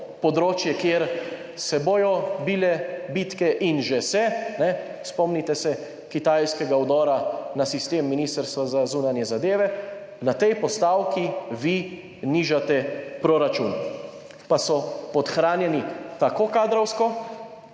kjer se bodo bile bitke in že se, spomnite se kitajskega vdora na sistem Ministrstva za zunanje zadeve, na tej postavki vi nižate proračun, pa so podhranjeni, tako kadrovsko